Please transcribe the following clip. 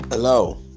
Hello